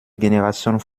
generation